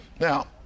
Now